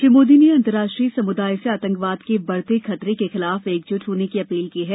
श्री मोदी ने अंतर्राष्ट्रीय समुदाय से आतंकवाद के बढते खतरे के खिलाफ एकजुट होने की अपील की है